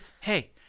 hey